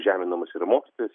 žeminamas yra mokytojas